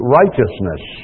righteousness